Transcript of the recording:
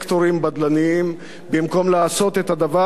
במקום לעשות את הדבר הראוי והמתבקש,